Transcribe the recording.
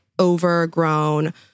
overgrown